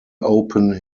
open